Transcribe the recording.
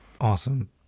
Awesome